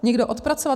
Někdo odpracovat.